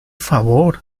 favor